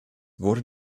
wurde